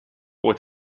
with